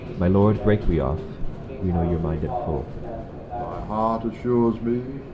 my lord, breake we off we know your minde at full my heart assures me,